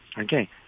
okay